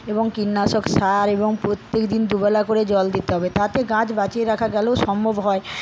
এবং কীটনাশক সার এবং প্রত্যেক দিন দুবেলা করে জল দিতে হবে তাতে গাছ বাঁচিয়ে রাখা গেলেও সম্ভব হয়